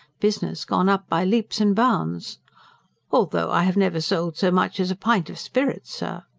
business gone up by leaps and bounds although i have never sold so much as a pint of spirits, sir!